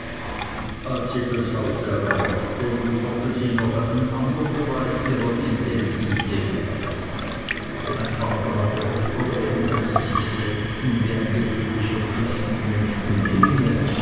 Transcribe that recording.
als sie das haus erreichte lieferte sie noch einen andern beweis ihrer identität mein vater hatte oft erwähnt daß sie sich selten wie ein gewöhnlicher christenmensch benehme